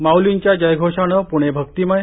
माउलींच्या जयघोषानं पुणे भक्तिमय